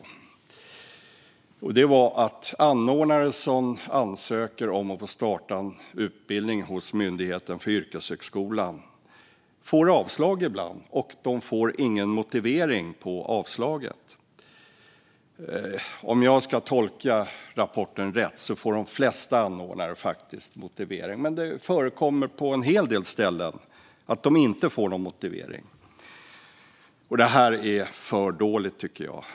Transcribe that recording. Det handlar om att anordnare som ansöker om att få starta en utbildning hos Myndigheten för yrkeshögskolan ibland får avslag, och de får ingen motivering till avslaget. Om jag tolkar rapporten rätt får de flesta anordnare en motivering, men det förekommer på en hel del ställen att de inte får någon motivering. Det här är bara för dåligt, tycker jag.